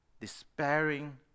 despairing